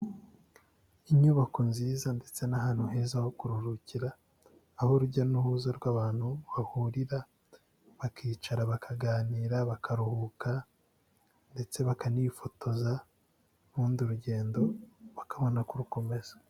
Inyubako nziza ndetse n'ahantu heza ho kuruhukira, aho urujya n'uruza rw'abantu bahurira bakicara bakaganira bakaruhuka ndetse bakanifotoza ubundi urugendo bakabona kurukomeza.